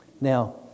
Now